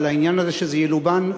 אבל העניין הזה שזה ילובן,